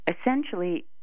essentially